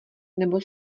nebo